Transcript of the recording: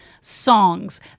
songs